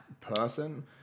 person